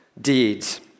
deeds